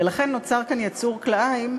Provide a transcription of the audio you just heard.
ולכן נוצר כאן יצור כלאיים,